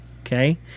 Okay